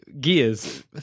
gears